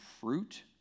fruit